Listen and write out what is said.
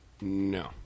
No